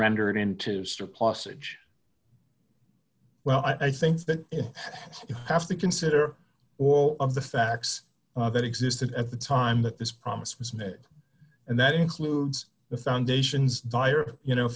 rendered into strip lossage well i think that you have to consider all of the facts that existed at the time that this promise was made and that includes the foundation's dire you know